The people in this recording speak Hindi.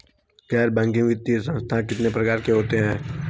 गैर बैंकिंग वित्तीय संस्थान कितने प्रकार के होते हैं?